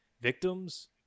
victims